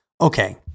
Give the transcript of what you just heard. Okay